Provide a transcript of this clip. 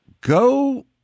Go